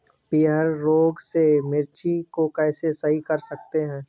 पीहर रोग से मिर्ची को कैसे सही कर सकते हैं?